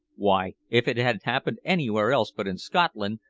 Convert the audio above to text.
why, if it had happened anywhere else but in scotland,